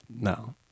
No